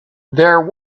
there